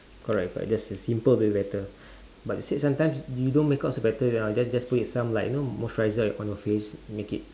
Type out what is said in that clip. correct correct just a simple way better but you see sometimes you don't makeup also better ya then just put it some like you know moisturiser on your face make it like uh